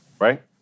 Right